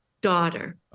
daughter